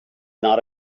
not